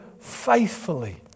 faithfully